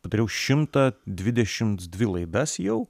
padariau šimtą dvidešimt dvi laidas jau